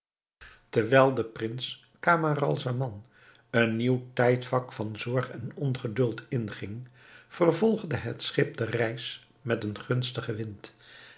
terwijl de prins camaralzaman een nieuw tijdvak van zorg en ongeduld inging vervolgde het schip de reis met een gunstigen wind